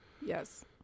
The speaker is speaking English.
Yes